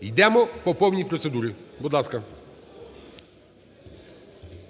Йдемо по повній процедурі. Будь ласка.